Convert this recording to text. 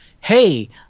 hey